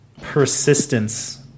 persistence